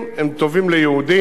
הם טובים ליהודים,